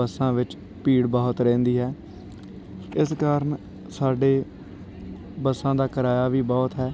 ਬੱਸਾਂ ਵਿੱਚ ਭੀੜ ਬਹੁਤ ਰਹਿੰਦੀ ਹੈ ਇਸ ਕਾਰਨ ਸਾਡੇ ਬੱਸਾਂ ਦਾ ਕਿਰਾਇਆ ਵੀ ਬਹੁਤ ਹੈ